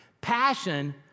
Passion